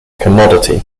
commodity